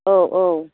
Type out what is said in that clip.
औ औ